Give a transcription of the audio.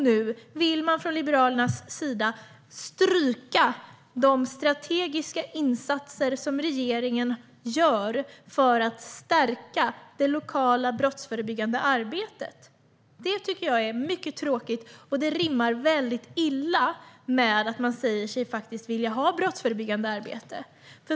Nu vill man från Liberalernas sida stryka de strategiska insatser som regeringen gör för att stärka det lokala brottsförebyggande arbetet. Det tycker jag är mycket tråkigt, och det rimmar väldigt illa med att man säger sig vilja ha brottsförebyggande arbete.